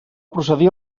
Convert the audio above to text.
procedir